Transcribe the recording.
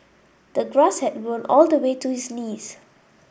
the grass had grown all the way to his knees